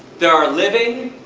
there are living,